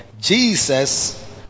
Jesus